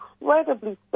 incredibly